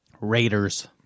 Raiders